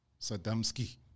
Sadamski